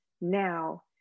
now